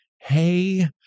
Hey